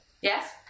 Yes